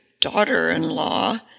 daughter-in-law